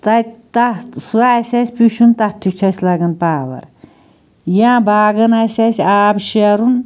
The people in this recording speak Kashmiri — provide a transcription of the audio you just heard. تتہِ تتھ سُہ آسہِ اسہِ پِشُن تتھ تہِ چھُ اسہِ لگان پاوَر یا باغَن آسہِ اسہِ آب شیرُن